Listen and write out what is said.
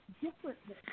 differently